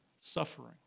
suffering